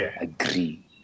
agree